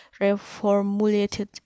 reformulated